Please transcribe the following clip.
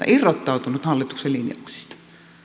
irrottautunut hallituksen linjauksista